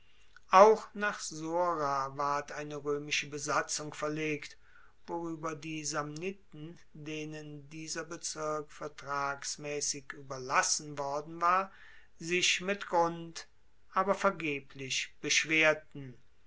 auch nach sora ward eine roemische besatzung verlegt worueber die samniten denen dieser bezirk vertragsmaessig ueberlassen worden war sich mit grund aber vergeblich beschwerten